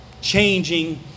changing